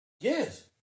Yes